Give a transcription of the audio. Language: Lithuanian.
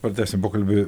pratesim pokalbį